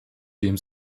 dem